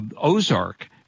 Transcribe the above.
Ozark